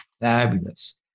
fabulous